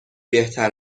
بهتر